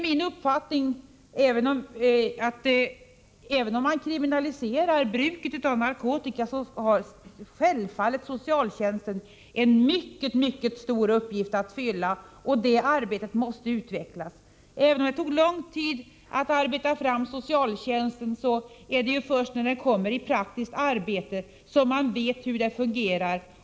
Min uppfattning är den att även om man kriminaliserar bruket av narkotika, så har socialtjänsten självfallet en mycket stor uppgift att fylla. Det arbetet måste utvecklas. Även om socialtjänsten har arbetats fram under lång tid är det först när den tillämpas i praktiskt arbete som man vet hur den fungerar.